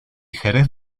jerez